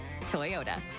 Toyota